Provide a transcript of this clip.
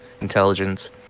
intelligence